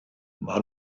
mae